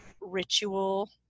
Ritual